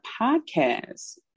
podcast